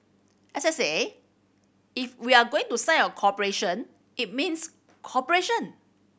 as I said if we are going to sign a cooperation it means cooperation